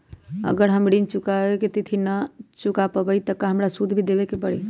अगर हम अपना तिथि पर ऋण न चुका पायेबे त हमरा सूद भी देबे के परि?